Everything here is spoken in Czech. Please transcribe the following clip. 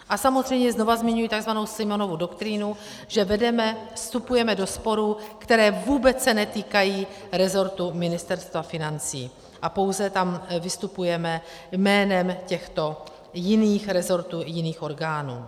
A samozřejmě znovu zmiňuji takzvanou Simonovu doktrínu, že vstupujeme do sporů, které se vůbec netýkají rezortu Ministerstva financí, a pouze tam vystupujeme jménem těchto jiných rezortů jiných orgánů.